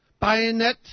bayonet